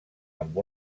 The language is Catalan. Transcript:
amb